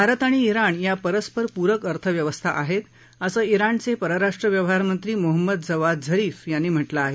भारत आणि जिण या परस्परपुरक अर्थव्यवस्था आहेत असं जिणचे परराष्ट्र व्यवहारमंत्री मोहम्मद जवाद झरीफ यांनी म्हा कें आहे